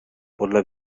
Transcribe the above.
podle